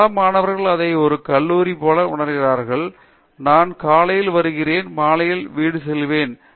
பல மாணவர்கள் அதை ஒரு கல்லூரியைப் போல உணர்கிறார்கள் நான் காலையில் வருகிறேன் மாலையில் வீடு செல்வேன் என்று